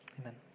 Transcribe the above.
Amen